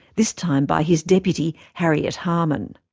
this time by his deputy, harriet harman.